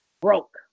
broke